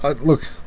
look